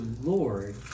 Lord